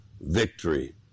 victory